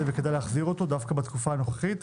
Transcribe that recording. וכדאי להחזיר אותו דווקא בתקופה הנוכחית.